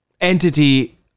entity